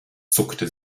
zuckte